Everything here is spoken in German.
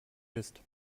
ist